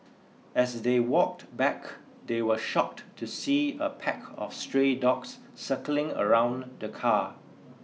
as they walked back they were shocked to see a pack of stray dogs circling around the car